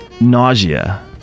Nausea